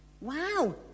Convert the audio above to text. Wow